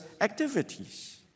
activities